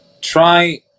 try